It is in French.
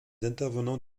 intervenants